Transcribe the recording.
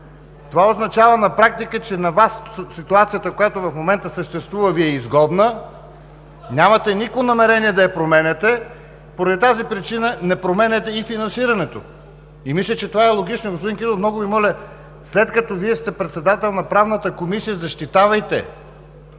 Това означава на практика, че ситуацията, която в момента съществува, Ви е изгодна, нямате никакво намерение да я променяте и поради тази причина не променяте и финансирането. Мисля, че това е логично. Господин Кирилов, много Ви моля, след като Вие сте председател на Правната комисия, защитавайте